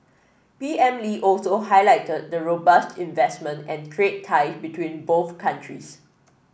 P M Lee also highlighted the robust investment and trade tie between both countries